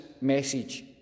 message